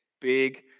big